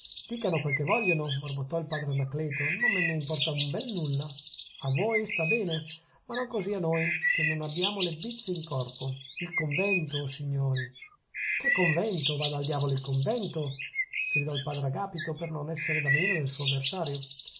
dicano quel che vogliono borbottò il padre anacleto non me ne importa un bel nulla a voi sta bene ma non così a noi che non abbiamo le bizze in corpo il convento o signori che convento vada al diavolo il convento gridò il padre agapito per non essere da meno del suo avversario